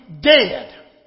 dead